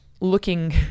looking